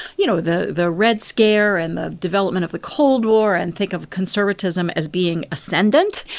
you know, the the red scare and the development of the cold war and think of conservatism as being ascendant.